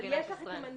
אבל יש את המנגנון.